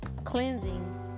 cleansing